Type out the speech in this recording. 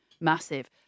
Massive